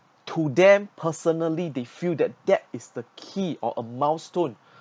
to them personally they feel that that is the key or a milestone